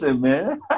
man